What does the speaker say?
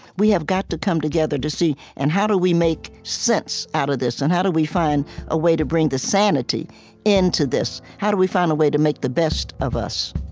we have got to come together to see and how do we make sense out of this? and how do we find a way to bring the sanity into this? how do we find a way to make the best of us?